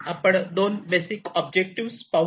आपण दोन basic objective पाहू